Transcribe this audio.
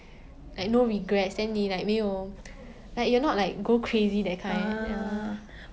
like no regrets then 你 like 没有 like you're not like go crazy that kind